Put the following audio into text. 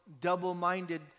double-minded